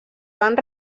van